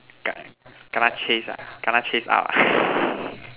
kena kena chase ah kena chase out